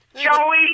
Joey